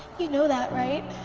you know that, right?